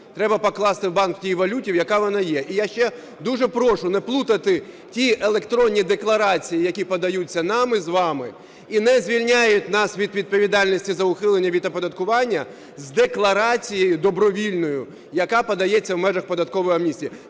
треба покласти в банк в тій валюті, яка вона є. І я ще дуже прошу не плутати ті електронні декларації, які подаються нами з вами і не звільняють нас від відповідальності за ухилення від оподаткування, з декларацією добровільною, яка подається в межах податкової амністії.